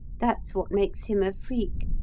that's what makes him a freak.